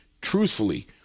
truthfully